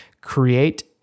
create